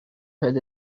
heard